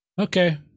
Okay